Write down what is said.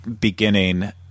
beginning